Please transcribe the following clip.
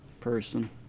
person